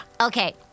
Okay